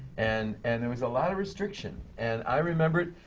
and and there was a lot of restriction. and i remember it